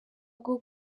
bwo